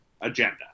agenda